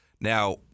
now